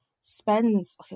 spends